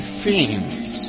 fiends